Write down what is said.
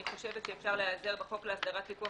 אני חושבת שאפשר להיעזר בחוק להסדרת פיקוח